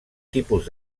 tipus